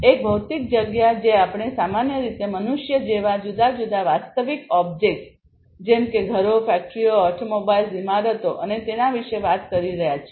તેથી એક ભૌતિક જગ્યા જે આપણે સામાન્ય રીતે મનુષ્ય જેવા જુદા જુદા વાસ્તવિક ઓબ્જેક્ટ્સ જેમ કે ઘરો ફેક્ટરીઓ ઓટોમોબાઈલ્સ ઇમારતો અને તેના વિશે વાત કરી રહ્યા છીએ